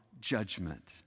judgment